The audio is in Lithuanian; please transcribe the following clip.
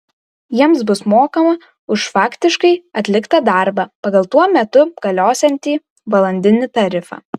jiems bus mokama už faktiškai atliktą darbą pagal tuo metu galiosiantį valandinį tarifą